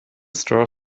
straw